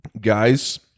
Guys